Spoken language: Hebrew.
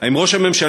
3. האם ראש הממשלה,